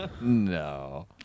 No